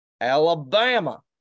Alabama